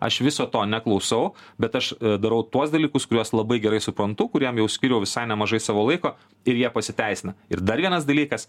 aš viso to neklausau bet aš darau tuos dalykus kuriuos labai gerai suprantu kuriem jau skyriau visai nemažai savo laiko ir jie pasiteisina ir dar vienas dalykas